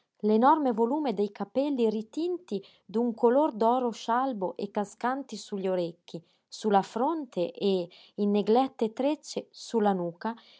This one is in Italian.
l'enorme volume dei capelli ritinti d'un color d'oro scialbo e cascanti su gli orecchi su la fronte e in neglette trecce su la nuca